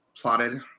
plotted